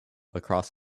across